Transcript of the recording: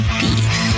beef